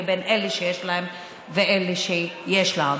בין אלה שיש להם ואלה שאין להם.